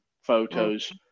photos